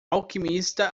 alquimista